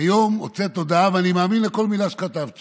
היום הוצאת הודעה, ואני מאמין לכל מילה שכתבת שם,